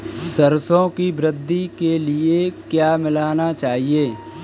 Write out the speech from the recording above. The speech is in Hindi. सरसों की वृद्धि के लिए क्या मिलाना चाहिए?